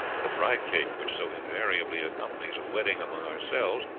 the bride-cake which so invariably accompanies a wedding among ourselves,